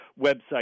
website